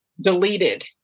deleted